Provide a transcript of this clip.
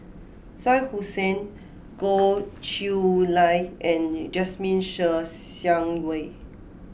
Shah Hussain Goh Chiew Lye and Jasmine Ser Xiang Wei